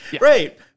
Right